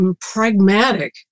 pragmatic